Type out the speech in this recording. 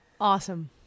awesome